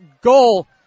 goal